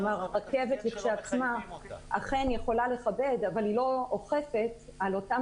הרכבת עצמה אכן יכולה לכבד אבל היא לא אוכפת על אותם